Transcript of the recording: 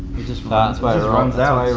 it just runs out.